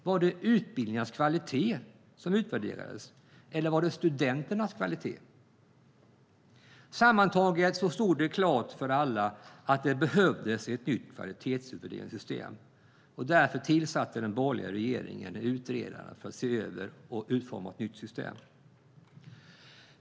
Var det utbildningarnas kvalitet som utvärderades eller var det studenternas kvalitet? Sammantaget stod det klart för alla att det behövdes ett nytt kvalitetsutvärderingssystem, och därför tillsatte den borgerliga regeringen en utredning för att se över och utforma ett nytt system.